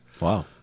Wow